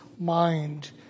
mind